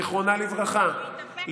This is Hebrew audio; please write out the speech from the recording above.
זיכרונה לברכה,